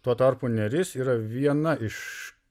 tuo tarpu neris yra viena iš